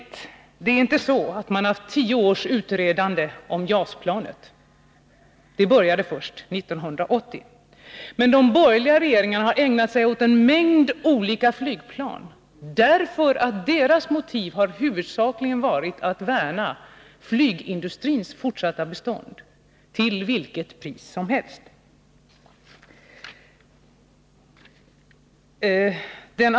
Det är inte så, Carl Bildt, att man har utrett JAS i tio år. Det började först 1980. Men de borgerliga regeringarna har ägnat sig åt en mängd olika flygplan, därför att deras motiv huvudsakligen varit att värna om flygindustrins fortsatta bestånd till vilket pris som helst.